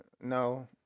no